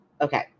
Okay